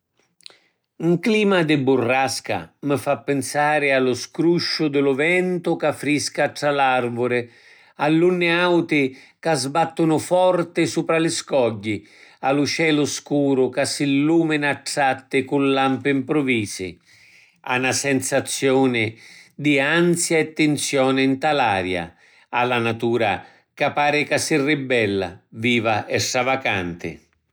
‘N clima di burrasca mi fa pinsari a lu scrusciu di lu ventu ca frisca tra l’arvuli, all’unni auti ca sbattunu forti supra li scogli, a lu celu scuru ca s’illumina a tratti cu lampi mpruvisi, a na sensazioni di ansia e tinsioni nta l’aria, a la natura ca pari ca si ribella, viva e stravacanti.